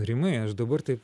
rimai aš dabar taip